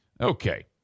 Okay